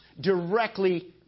directly